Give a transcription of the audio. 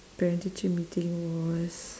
parent teacher meeting was